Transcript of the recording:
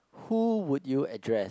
who would you address